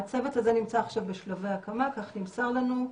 הצוות הזה נמצא עכשיו בשלבי הקמה, כך נמסר לנו.